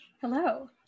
Hello